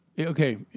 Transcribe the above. Okay